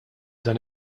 dan